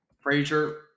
Frazier